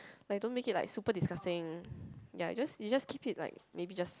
like don't make it like super disgusting ya you just you just keep it like maybe just